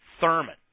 Thurman